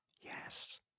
Yes